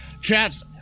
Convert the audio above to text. chat's